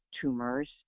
tumors